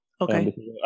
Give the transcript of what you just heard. Okay